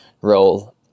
role